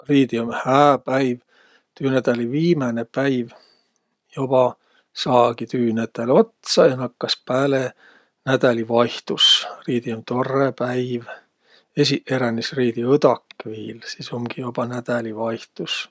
Riidi um hää päiv, tüünädäli viimäne päiv. Joba saagi tüünätäl otsa ja nakkas pääle nädälivaihtus. Riidi um torrõ päiv, esiqeränis riidiõdak viil, sis umgi joba nädälivaihtus